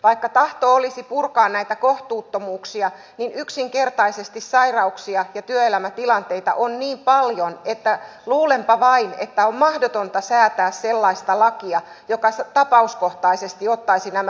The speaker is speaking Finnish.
vaikka tahto olisi purkaa näitä kohtuuttomuuksia niin yksinkertaisesti sairauksia ja työelämätilanteita on niin paljon että luulenpa vain että on mahdotonta säätää sellaista lakia joka tapauskohtaisesti ottaisi nämä erot huomioon